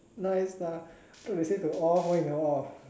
nice lah thought they say to off why you never off